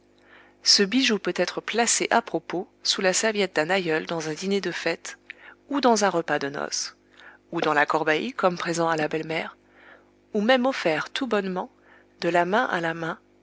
ce bijou peut être placé à propos sous la serviette d'un aïeul dans un dîner de fête ou dans un repas de noces ou dans la corbeille comme présent à la belle-mère ou même offert tout bonnement de la main à la main